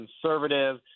conservative